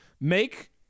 make